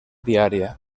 diària